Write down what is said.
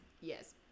yes